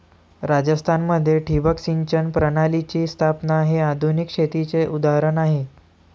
राजस्थान मध्ये ठिबक सिंचन प्रणालीची स्थापना हे आधुनिक शेतीचे उदाहरण आहे